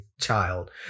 child